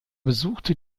besuchte